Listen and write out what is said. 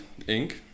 Inc